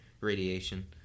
Radiation